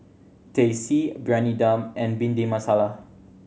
Teh C Briyani Dum and Bhindi Masala